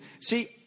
See